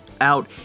out